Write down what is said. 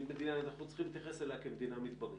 אנחנו צריכים להתייחס אליה כמדינה מדברית.